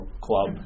club